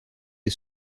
est